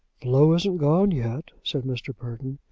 flo isn't gone yet, said mr. burton.